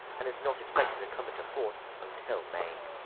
and it's not expected to come into force until may.